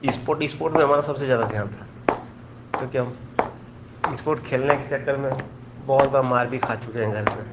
sport sport में हमारा सबसे ज़्यादा ध्यान था क्योंकि हम इस्पोट खेलने के चक्कर में बहुत बार मार भी खा चुके हैं घर पे